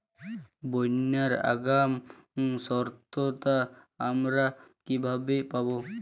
বন্যার আগাম সতর্কতা আমরা কিভাবে পাবো?